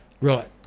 Right